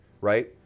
right